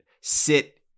Sit